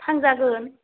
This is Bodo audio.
थांजागोन